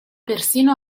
persino